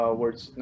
words